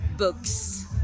Books